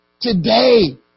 today